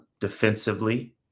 defensively